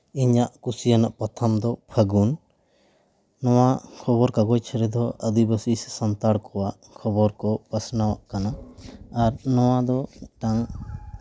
ᱤᱧᱟᱹᱜ ᱠᱩᱥᱤᱭᱟᱱᱟᱜ ᱯᱟᱛᱷᱟᱢ ᱫᱚ ᱯᱷᱟᱹᱜᱩᱱ ᱱᱚᱣᱟ ᱠᱷᱚᱵᱚᱨ ᱠᱟᱜᱚᱡᱽ ᱨᱮᱫᱚ ᱟᱹᱫᱤᱵᱟᱹᱥᱤ ᱥᱮ ᱥᱟᱱᱛᱟᱲ ᱠᱚᱣᱟᱜ ᱠᱷᱚᱵᱚᱨ ᱠᱚ ᱯᱟᱥᱱᱟᱜ ᱠᱟᱱᱟ ᱟᱨ ᱱᱚᱣᱟ ᱫᱚ ᱢᱤᱫᱴᱟᱱ